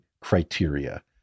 criteria